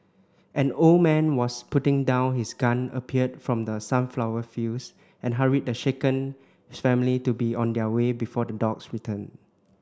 an old man was putting down his gun appeared from the sunflower fields and hurried the shaken family to be on their way before the dogs return